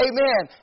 Amen